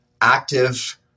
active